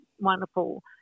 wonderful